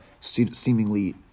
seemingly